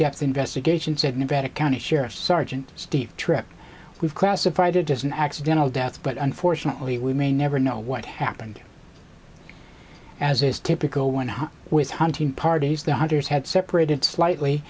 depth investigation said nevada county sheriff's sergeant steve tripp we've classified it as an accidental death but unfortunately we may never know what happened as is typical when he was hunting parties the hunters had separated slightly